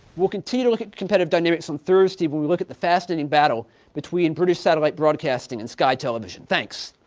we'll continue to look at competitive dynamics on thursday when we look at the fascinating battle between british satellite broadcasting and sky television. thanks.